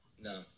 No